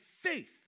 faith